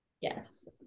Yes